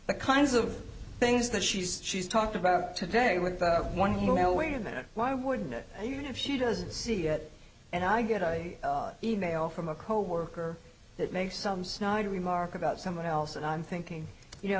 the kinds of things that she's she's talked about today with one who will wait a minute why wouldn't it and even if she doesn't see it and i get i e mail from a coworker that makes some snide remark about someone else and i'm thinking you know